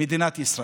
מדינת ישראל.